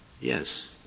Yes